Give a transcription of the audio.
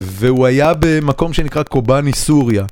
והוא היה במקום שנקרא קובאני סוריה